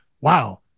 wow